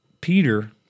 Peter